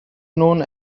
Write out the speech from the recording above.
known